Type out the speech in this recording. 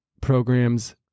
programs